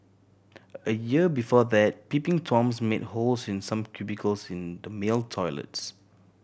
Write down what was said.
a year before that peeping Toms made holes in some cubicles in the male toilets